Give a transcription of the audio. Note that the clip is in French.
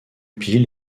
pile